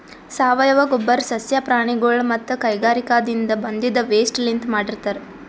ಸಾವಯವ ಗೊಬ್ಬರ್ ಸಸ್ಯ ಪ್ರಾಣಿಗೊಳ್ ಮತ್ತ್ ಕೈಗಾರಿಕಾದಿನ್ದ ಬಂದಿದ್ ವೇಸ್ಟ್ ಲಿಂತ್ ಮಾಡಿರ್ತರ್